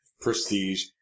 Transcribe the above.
Prestige